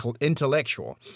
intellectual